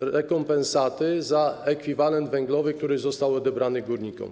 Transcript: rekompensaty za ekwiwalent węglowy, który został odebrany górnikom.